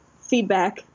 feedback